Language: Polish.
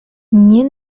nie